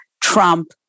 Trump